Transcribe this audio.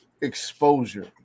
Exposure